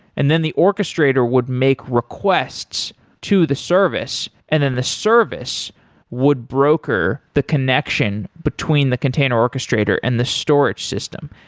and then the orchestrator would make requests to the service and then the service would broker the connection between the container orchestrator and the storage system.